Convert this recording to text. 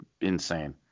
insane